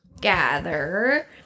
gather